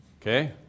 Okay